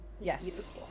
Yes